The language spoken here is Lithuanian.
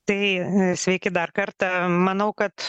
tai sveiki dar kartą manau kad